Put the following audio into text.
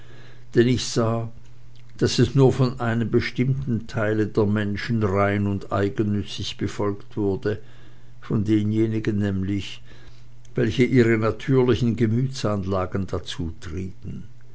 denn ich sah daß es nur von einem bestimmten teile der menschen rein und uneigennützig befolgt wurde von denjenigen nämlich welche ihre natürlichen gemütsanlagen dazu trieben